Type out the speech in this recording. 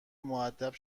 مودب